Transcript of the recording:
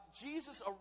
Jesus